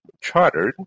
chartered